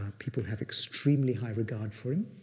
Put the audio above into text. um people have extremely high regard for him.